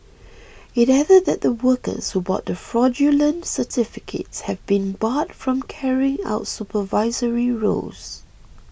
it added that the workers who bought the fraudulent certificates have been barred from carrying out supervisory roles